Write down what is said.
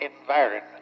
environment